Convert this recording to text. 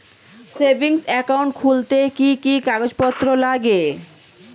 Savings account খুলতে কি কি কাগজপত্র লাগে?